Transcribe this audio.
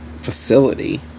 facility